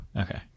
Okay